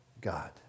God